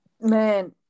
man